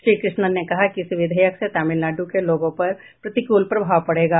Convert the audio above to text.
श्री कृष्णन ने कहा कि इस विधेयक से तमिलनाडु के लोगों पर प्रतिकूल प्रभाव पड़ेगा